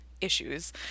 issues